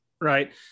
right